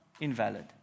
invalid